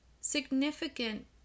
significant